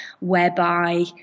whereby